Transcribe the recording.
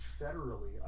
federally